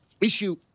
issue